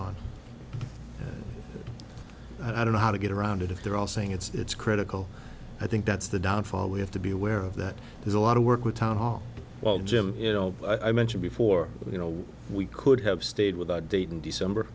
on i don't know how to get around it if they're all saying it's critical i think that's the downfall we have to be aware of that there's a lot of work with town hall well jim you know i mentioned before you know we could have stayed with that date in december